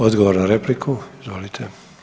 Odgovor na repliku, izvolite.